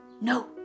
No